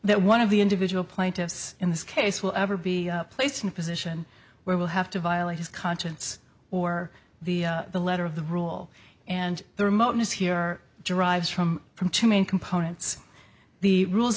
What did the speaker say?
that one of the individual plaintiffs in this case will ever be placed in a position where we'll have to violate his conscience or the letter of the rule and the remoteness here derives from from two main components the rules